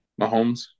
Mahomes